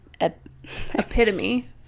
epitome